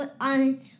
on